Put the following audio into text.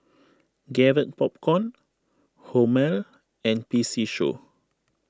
Garrett Popcorn Hormel and P C Show